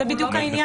הוא לא נמצא.